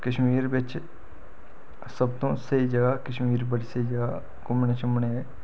कश्मीर बिच्च सब तों स्हेई जगह् कश्मीर बड़ी स्हेई जगह् घूमने छूमने